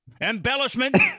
Embellishment